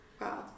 wow